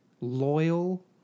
loyal